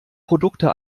produkte